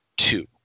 two